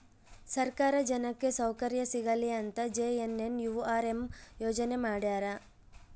ಸರ್ಕಾರ ಜನಕ್ಕೆ ಸೌಕರ್ಯ ಸಿಗಲಿ ಅಂತ ಜೆ.ಎನ್.ಎನ್.ಯು.ಆರ್.ಎಂ ಯೋಜನೆ ಮಾಡ್ಯಾರ